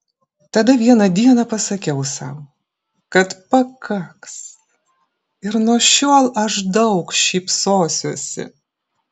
tada vieną dieną pasakiau sau kad pakaks ir nuo šiol aš daug šypsosiuosi